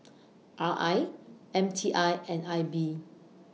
R I M T I and I B